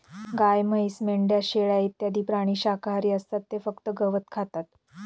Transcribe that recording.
गाय, म्हैस, मेंढ्या, शेळ्या इत्यादी प्राणी शाकाहारी असतात ते फक्त गवत खातात